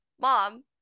mom